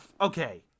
okay